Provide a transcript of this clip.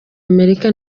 amerika